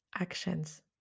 actions